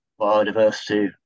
biodiversity